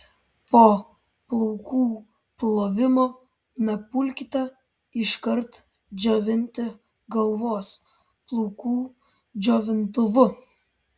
po plaukų plovimo nepulkite iškart džiovinti galvos plaukų džiovintuvu